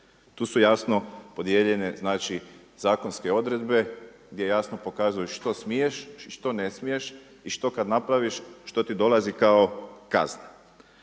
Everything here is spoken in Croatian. Tu su jasno podijeljene zakonske odredbe gdje jasno pokazuju što smiješ, što ne smiješ i što kada napraviš što ti dolazi kao kazna.